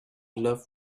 love